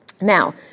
Now